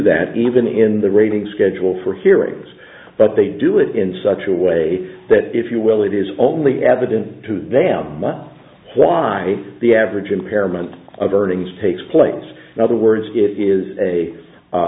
that even in the rating schedule for hearings but they do it in such a way that if you will it is only evident to them why the average impairment of earnings takes place in other words it is a